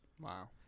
Wow